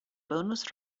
bonus